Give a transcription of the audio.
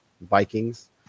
Vikings